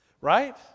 Right